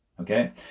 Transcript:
Okay